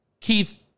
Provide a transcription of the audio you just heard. Keith